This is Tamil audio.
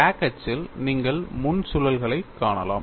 கிராக் அச்சில் நீங்கள் முன் சுழல்களைக் காணலாம்